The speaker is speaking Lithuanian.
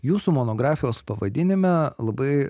jūsų monografijos pavadinime labai